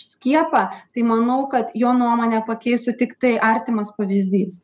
skiepą tai manau kad jo nuomonę pakeistų tiktai artimas pavyzdys